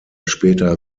später